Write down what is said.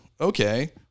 okay